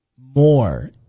more